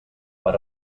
per